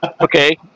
Okay